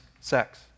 sex